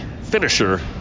finisher